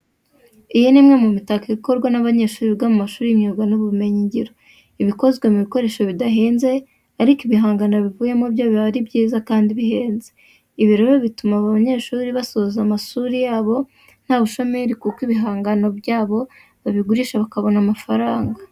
Iyi ni imwe mu mitako ikorwa n'abanyeshuri biga mu mashuri y'imyuga n'ibumenyingiro. Iba ikozwe mu bikoresho bidahenze ariko ibihangano bivuyemo byo biba ari byiza kandi bihenze. Ibi rero bituma aba banyeshuri basoza amashuri yabo nta bushomeri kuko ibihangano byabo babigurisha bakabona amafaranga.